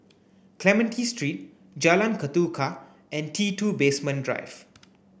Clementi Street Jalan Ketuka and T Two Basement Drive